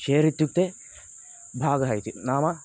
share इत्युक्ते भागः इति नाम